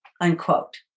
unquote